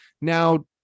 now